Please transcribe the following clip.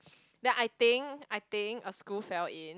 then I think I think a screw fell in